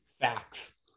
Facts